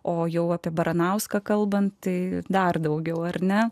o jau apie baranauską kalbant tai dar daugiau ar ne